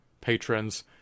patrons